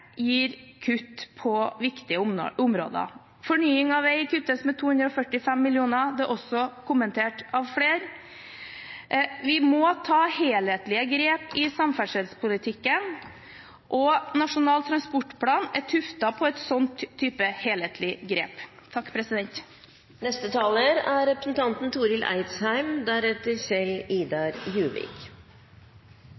på viktige områder. Fornying av vei kuttes med 245 mill. kr – det er også kommentert av flere. Vi må ta helhetlige grep i samferdselspolitikken, og Nasjonal transportplan er tuftet på en slik type helhetlige grep.